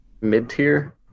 mid-tier